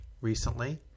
recently